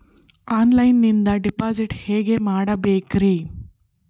ಆನ್ಲೈನಿಂದ ಡಿಪಾಸಿಟ್ ಹೇಗೆ ಮಾಡಬೇಕ್ರಿ?